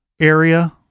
area